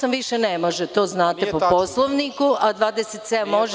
108. više ne može, to znate, po Poslovniku, a 27. može.